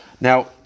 Now